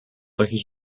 takich